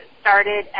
started